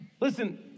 listen